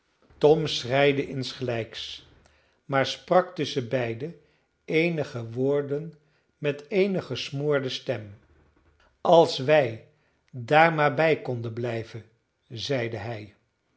tom schreide insgelijks maar sprak tusschenbeiden eenige woorden met eene gesmoorde stem als wij daar maar bij konden blijven zeide hij